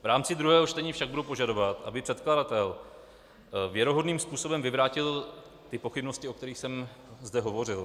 V rámci druhého čtení však budu požadovat, aby předkladatel věrohodným způsobem vyvrátil ty pochybnosti, o kterých jsem zde hovořil.